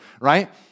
right